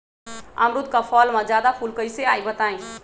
अमरुद क फल म जादा फूल कईसे आई बताई?